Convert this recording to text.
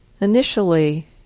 Initially